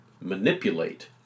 manipulate